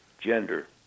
gender